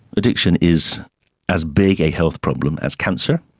addiction is as big a health problem as cancer